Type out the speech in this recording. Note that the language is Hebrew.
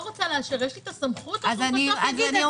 יש לי הסמכות לא לאשר?